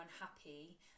unhappy